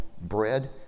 bread